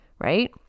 right